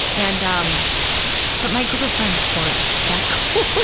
and, um but my group of friends weren't that cool.